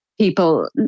people